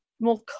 more